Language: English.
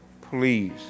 please